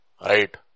Right